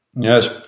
Yes